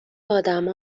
آدم